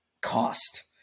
cost